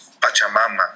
Pachamama